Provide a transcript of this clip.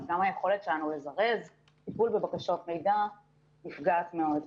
אז גם היכולת לזרז טיפול בבקשות מידע נפגעת מאוד.